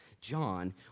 John